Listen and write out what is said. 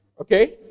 Okay